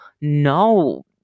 no